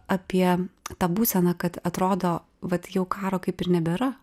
apie tą būseną kad atrodo vat jau karo kaip ir nebėra